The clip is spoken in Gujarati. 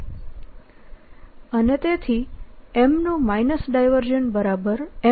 અને તેથી M નું માઇનસ ડાયવર્જન્સ